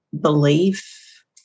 belief